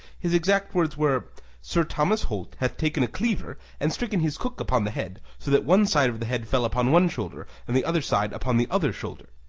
his exact words were sir thomas holt hath taken a cleaver and stricken his cook upon the head, so that one side of the head fell upon one shoulder and the other side upon the other shoulder.